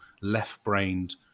left-brained